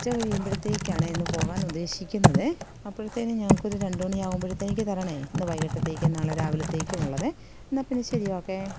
ഉച്ച കഴിയുമ്പോഴത്തേക്കാണേ ഇന്ന് പോകാനുദ്ദേശിക്കുന്നതേ അപ്പോഴത്തേനും ഞങ്ങള്ക്കൊരു രണ്ടു മണി ആകുമ്പോഴത്തേക്ക് തരണേ ഇന്ന് വൈകീട്ടത്തേക്ക് നാളെ രാവിലത്തേക്കും ഉള്ളതേ എന്നാ പിന്നെ ശരി ഓക്കേ